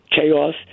chaos